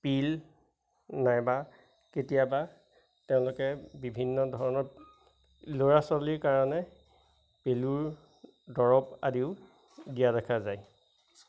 pill নাইবা কেতিয়াবা তেওঁলোকে বিভিন্ন ধৰণৰ ল'ৰা ছোৱালীৰ কাৰণে পেলুৰ দৰব আদিও দিয়া দেখা যায়